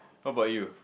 how about you